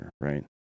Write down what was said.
right